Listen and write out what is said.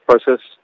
process